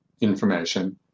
information